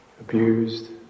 abused